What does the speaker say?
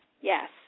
Yes